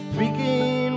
Speaking